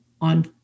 on